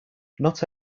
not